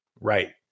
right